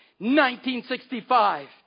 1965